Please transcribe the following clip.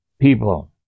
people